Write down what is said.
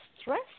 stress